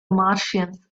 martians